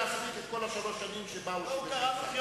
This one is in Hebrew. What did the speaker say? להספיק את כל שלוש השנים שבהן הוא כיהן כשר.